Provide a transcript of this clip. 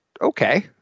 okay